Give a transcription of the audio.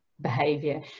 behavior